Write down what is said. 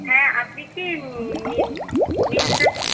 হ্যাঁ আপনি কি মিউ মিউনিসেপ